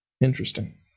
Interesting